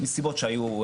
מסיבות שהיו,